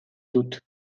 dut